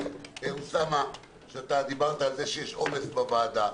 אוסאמה שאתה דיברת על זה שיש עומס בוועדה